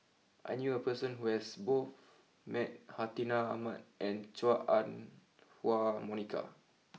I knew a person who has both met Hartinah Ahmad and Chua Ah Huwa Monica